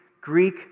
Greek